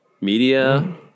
Media